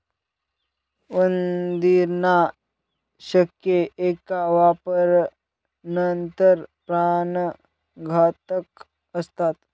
उंदीरनाशके एका वापरानंतर प्राणघातक असतात